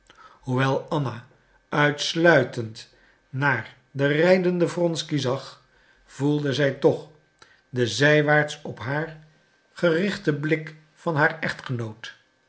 hoewel anna uitsluitend naar den rijdenden wronsky zag voelde zij toch den zijwaarts op haar gerichten blik van haar echtgenoot